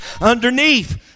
Underneath